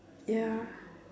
ya